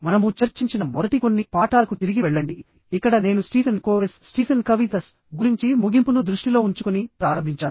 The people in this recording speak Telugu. మనము చర్చించిన మొదటి కొన్ని పాఠాలకు తిరిగి వెళ్ళండి ఇక్కడ నేను స్టీఫెన్ కోవేస్ Stephen Coveys గురించి ముగింపును దృష్టిలో ఉంచుకుని ప్రారంభించాను